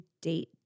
date